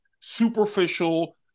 superficial